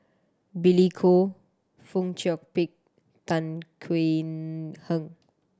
Billy Koh Fong Chong Pik Tan Khuan Heng